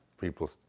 people